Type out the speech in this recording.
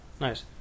Nice